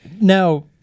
Now